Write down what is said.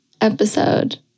episode